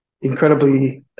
incredibly